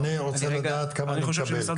אני רוצה לדעת כמה אני מקבל,